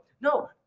No